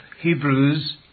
Hebrews